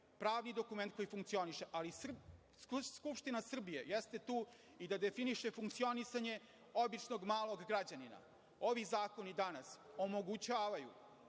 pravni dokument koji funkcioniše, ali Skupština Srbije jeste tu i da definiše funkcionisanje običnog malog građanina. Ovi zakoni danas omogućavaju